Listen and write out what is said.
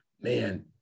man